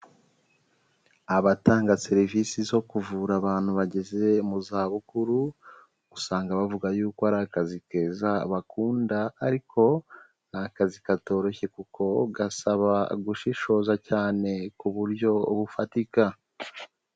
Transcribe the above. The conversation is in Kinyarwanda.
Abatanga serivisi zo kuvura abantu bageze mu zabukuru, usanga bavuga yuko ari akazi keza bakunda ariko ni akazi katoroshye kuko gasaba gushishoza cyane ku buryo bufatika.